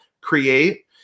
create